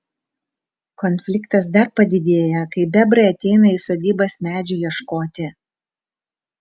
konfliktas dar padidėja kai bebrai ateina į sodybas medžių ieškoti